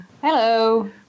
Hello